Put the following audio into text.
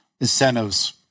incentives